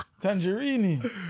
tangerine